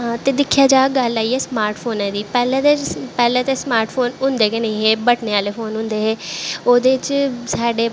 हां ते दिक्खेआ जा गल्ल आई गेई स्मार्ट फोनें दी पैह्लें ते पैह्लें ते स्मार्ट फोन होेंदे गै नी हे बटने आह्ले फोन होंदे हे ओह्दे च साढ़े